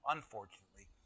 Unfortunately